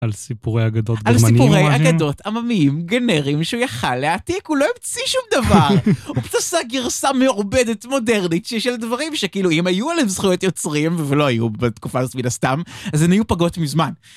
על סיפורי אגדות גרמנים. על סיפורי אגדות עממיים גנרים שהוא יכל להעתיק הוא לא המציא שום דבר. הוא פשוט עשה גרסה מעובדת מודרנית של דברים שכאילו אם היו עליו זכויות יוצרים ולא היו בתקופה הזאת מן הסתם אז הן היו פגות מזמן.